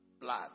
Blood